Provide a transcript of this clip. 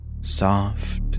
Soft